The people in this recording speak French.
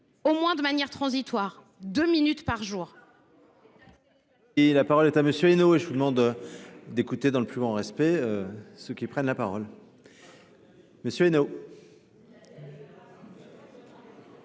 au moins de manière transitoire. Deux minutes par jour,